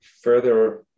further